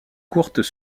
courtes